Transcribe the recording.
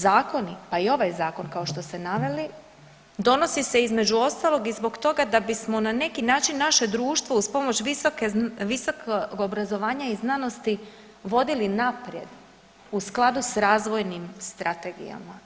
Zakoni, pa i ovaj zakon kao što ste naveli donosi se između ostalog i zbog toga da bismo na neki način naše društvo uz pomoć visokog obrazovanja i znanosti vodili naprijed u skladu sa razvojnim strategijama.